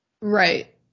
Right